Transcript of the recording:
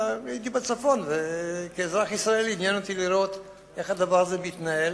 אלא הייתי בצפון וכאזרח ישראלי עניין אותי לראות איך הדבר הזה מתנהל.